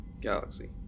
galaxy